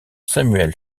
samuel